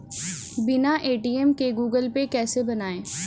बिना ए.टी.एम के Google Pay कैसे बनायें?